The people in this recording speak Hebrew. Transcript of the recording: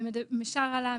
שרה לה,